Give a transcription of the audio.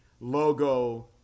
logo